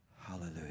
Hallelujah